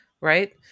Right